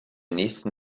nächsten